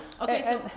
Okay